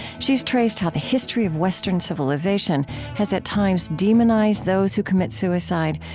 she's traced how the history of western civilization has at times demonized those who commit suicide,